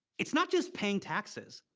it's not just paying taxes.